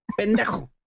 pendejo